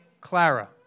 Clara